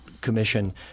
commission